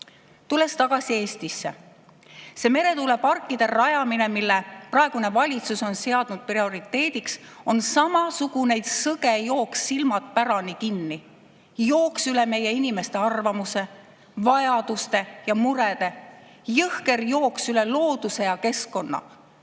Tulles tagasi Eestisse, see meretuuleparkide rajamine, mille praegune valitsus on seadnud prioriteediks, on samasugune sõge jooks silmad pärani kinni. Jooks üle meie inimeste arvamuse, vajaduste ja murede. Jõhker jooks üle looduse ja keskkonna.